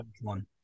one